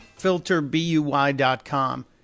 FilterBuy.com